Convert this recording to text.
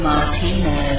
Martino